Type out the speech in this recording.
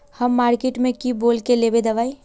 हम मार्किट में की बोल के लेबे दवाई?